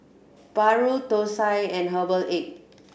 Paru Thosai and herbal egg